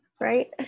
Right